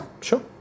Sure